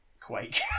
Quake